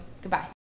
Goodbye